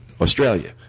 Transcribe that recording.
Australia